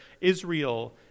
Israel